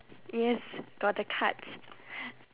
yes got the cards